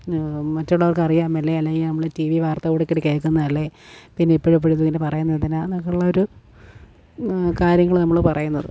മറ്റുള്ളവർക്ക് അറിയാൻ മേലേ അല്ലെങ്കില് നമ്മള് ടി വി വാർത്ത കേള്ക്കുന്നതല്ലേ പിന്നേ എപ്പോഴും എപ്പോഴും ഇത് തന്നെ പറയുന്നതെന്തിനാണെന്നൊക്കെ ഉള്ള ഒരു കാര്യങ്ങള് നമ്മള് പറയുന്നത്